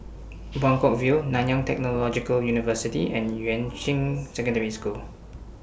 Buangkok View Nanyang Technological University and Yuan Ching Secondary School